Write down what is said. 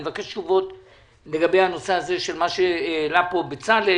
אני מבקש תמיכות לגבי הנושא שהעלה פה חבר הכנסת בצלאל